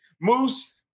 Moose